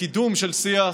קידום של שיח,